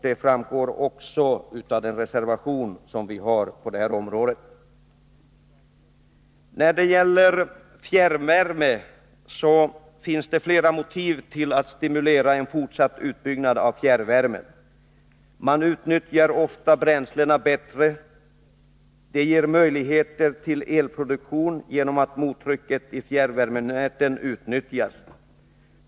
Det framgår också av den reservation som vi har på den punkten. När det gäller fjärrvärme finns det flera motiv till att stimulera en fortsatt utbyggnad. Man utnyttjar ofta bränslena bättre. Det ger möjligheter :till elproduktion genom att mottrycket i fjärrvärmenäten utnyttjas.